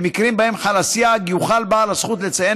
במקרים שבהם חל הסייג יוכל בעל הזכות לציין